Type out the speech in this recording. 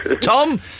Tom